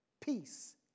peace